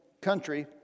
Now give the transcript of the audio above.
country